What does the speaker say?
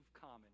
common